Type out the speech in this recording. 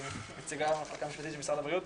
נציגת המחלקה המשפטית של משרד הבריאות,